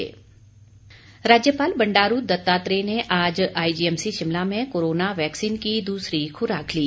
राज्यपाल राज्यपाल बंडारू दत्तात्रेय ने आज आईजीएमसी शिमला में कोरोना वैक्सीन की दूसरी खुराक ली